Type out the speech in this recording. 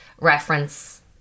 reference